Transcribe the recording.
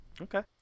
Okay